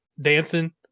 dancing